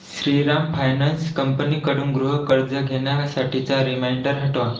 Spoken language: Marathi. श्रीराम फायनन्स कंपनीकडून गृहकर्ज घेण्यसाठीचा रिमाइंडर हटवा